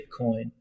Bitcoin